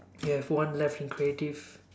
you have one left in creative